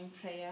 prayer